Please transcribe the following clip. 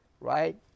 Right